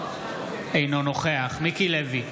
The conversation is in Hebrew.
אינו נוכח מיקי לוי,